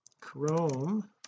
chrome